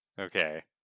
Okay